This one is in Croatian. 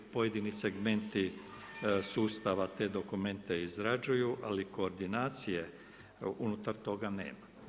Pojedini segmenti sustava te dokumente izrađuju, ali koordinacije unutar toga nema.